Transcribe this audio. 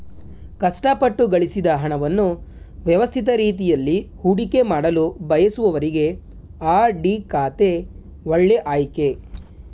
ಕಷ್ಟಪಟ್ಟು ಗಳಿಸಿದ ಹಣವನ್ನು ವ್ಯವಸ್ಥಿತ ರೀತಿಯಲ್ಲಿ ಹೂಡಿಕೆಮಾಡಲು ಬಯಸುವವರಿಗೆ ಆರ್.ಡಿ ಖಾತೆ ಒಳ್ಳೆ ಆಯ್ಕೆ